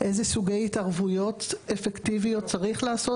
איזה סוגי התערבויות אפקטיביות צריך לעשות?